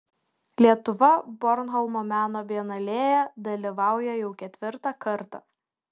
lietuva bornholmo meno bienalėje dalyvauja jau ketvirtą kartą